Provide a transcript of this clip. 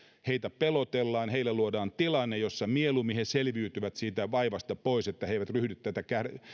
heitä pelotellaan heille luodaan tilanne jossa mieluummin he selviytyvät siitä vaivasta pois niin että he eivät ryhdy tätä